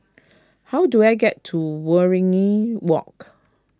how do I get to Waringin Walk